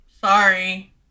Sorry